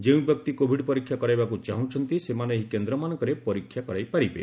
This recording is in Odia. ଯେଉଁ ବ୍ୟକ୍ତି କୋଭିଡ୍ ପରୀକ୍ଷା କରାଇବାକୁ ଚାହୁଁଛନ୍ତି ସେମାନେ ଏହି କେନ୍ଦ୍ରମାନଙ୍କରେ ପରୀକ୍ଷା କରାଇ ପାରିବେ